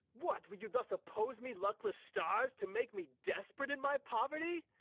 what, will you thus oppose me, luckless stars, to make me desperate in my poverty?